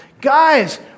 Guys